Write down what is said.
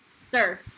Sir